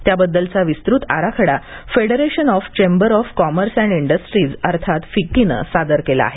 त्याबद्दलचा विस्तृत आराखडा federation of chamber of commerce and industry अर्थात फिक्कीने सादर केला आहे